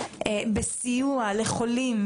בסיוע לחולים,